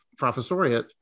professoriate